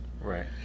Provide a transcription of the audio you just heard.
Right